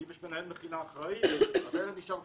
אם יש מנהל מכינה אחראי אתה נשאר בחיים.